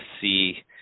see